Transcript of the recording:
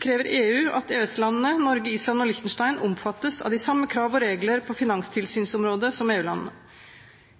krever EU at EØS-landene Norge, Island og Liechtenstein omfattes av de samme krav og regler på finanstilsynsområdet som EU-landene.